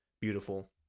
beautiful